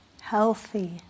Healthy